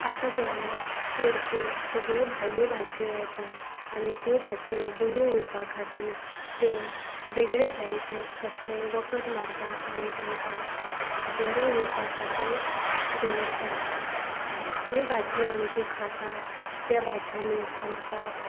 आतां गोंयान चडश्यो सगळ्यो भायल्यो भाजयो येतात आनी त्यो भाजयो बऱ्यो उरपा खातीर ते वेगळे तरेचेंच कसलें वखद मारता आनी तांकां बरें उरपा खातीर दवरतात जे भाजयो आमी त्यो खातात त्या भाजयांनी आमच्या